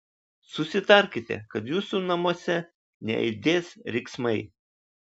susitarkite kad jūsų namuose neaidės riksmai